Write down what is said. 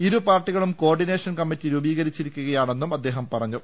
ഇരു പാർട്ടികളും coordination committee രൂപീകരിച്ചിരിക്കുകയാണെന്നും അദ്ദേഹം പറഞ്ഞു